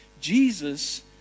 Jesus